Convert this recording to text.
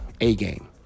A-game